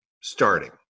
starting